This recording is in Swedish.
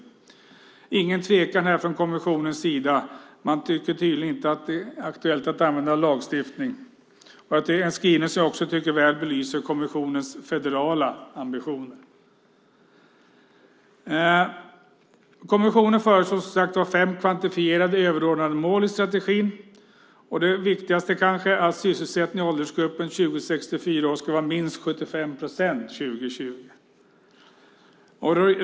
Det är ingen tvekan här från kommissionens sida: Det är tydligen inte aktuellt att använda lagstiftning. Det är en skrivning som jag tycker väl belyser kommissionens federala ambitioner. Kommissionen föreslår som sagt fem kvantifierade överordnade mål i strategin. Det viktigaste är kanske att sysselsättningen i åldersgruppen 20-64 år ska vara minst 75 procent 2020.